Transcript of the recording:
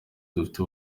dufite